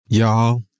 Y'all